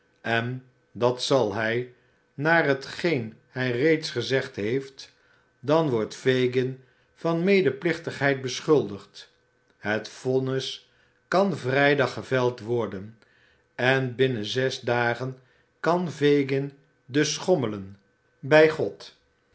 en dat zal hij naar t geen hij reeds gezegd heeft dan wordt fagin van medeplichtigheid beschuldigd het vonnis kan vrijdag geveld worden en binnen zes dagen kan fagin dus schommelen bij god